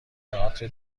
تئاتر